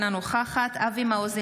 אינה נוכחת אבי מעוז,